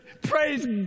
Praise